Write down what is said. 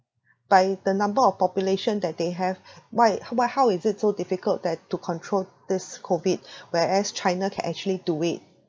by the number of population that they have why ho~ why how is it so difficult that to control this COVID whereas China can actually do it